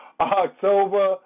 October